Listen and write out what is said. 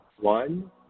one